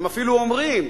הם אפילו אומרים,